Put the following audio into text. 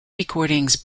recordings